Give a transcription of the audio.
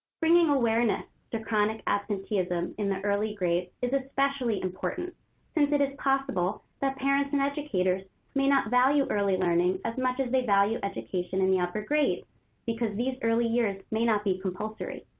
bringing awareness to chronic absenteeism in the early grades is especially important it is possible that parents and educators may not value early learning as much as they value education in the upper grades because these early years may not be compulsory.